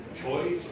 choice